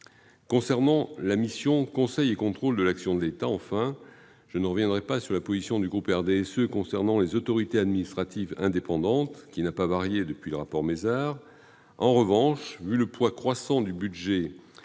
viens à la mission « Conseil et contrôle de l'action de l'État ». Je ne reviendrai pas sur la position du groupe RDSE sur les autorités administratives indépendantes, qui n'a pas varié depuis le rapport Mézard. En revanche, au regard du poids croissant du budget